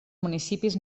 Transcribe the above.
municipis